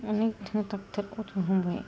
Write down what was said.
अनेकथा डक्टटर कथ' हमबाय